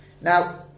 Now